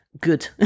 good